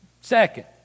Second